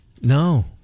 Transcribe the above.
No